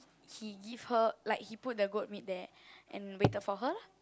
he give her like he put the goat meat there and waited for her lah